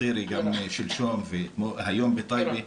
בטירה שלשום, והיום בטייבה,